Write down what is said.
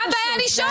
מה הבעיה לשאול?